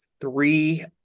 three